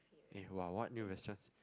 eh !wow! !wah! what new restaurants